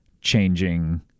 changing